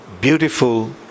beautiful